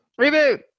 Reboot